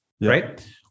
right